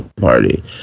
party